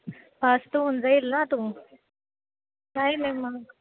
fast होऊन जाईल ना तू नाही मी मग